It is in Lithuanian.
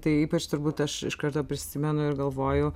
tai ypač turbūt aš iš karto prisimenu ir galvoju